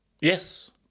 Yes